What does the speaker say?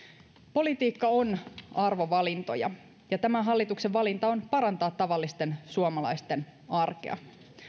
politiikka on arvovalintoja ja tämän hallituksen valinta on parantaa tavallisten suomalaisten arkea